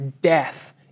Death